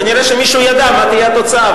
כנראה מישהו ידע מה תהיה התוצאה,